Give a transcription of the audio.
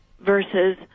versus